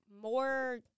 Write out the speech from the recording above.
more